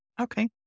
Okay